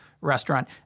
restaurant